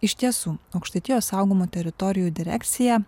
iš tiesų aukštaitijos saugomų teritorijų direkcija